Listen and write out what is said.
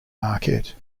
marquette